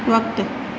वक़्तु